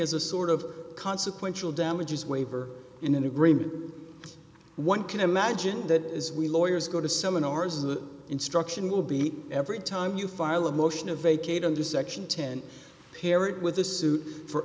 as a sort of consequential damages waiver in an agreement one can imagine that as we lawyers go to seminars an instruction will be every time you file a motion of vacate under section ten pair it with a suit for